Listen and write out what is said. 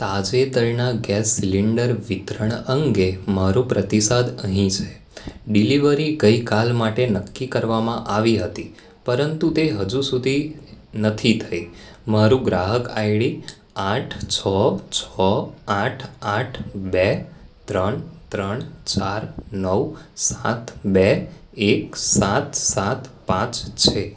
તાજેતરના gas cylinder વિતરણ અંગે મારો પ્રતિસાદ અહીં છે ડિલિવરી ગઈકાલ માટે નક્કી કરવામાં આવી હતી પરંતુ તે હજુ સુધી નથી થઇ મારું ગ્રાહક આઈડી આઠ છ છ આઠ આઠ બે ત્રણ ત્રણ ચાર નવ સાત બે એક સાત સાત પાંચ છે